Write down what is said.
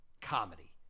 comedy